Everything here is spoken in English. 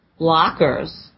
blockers